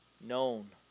known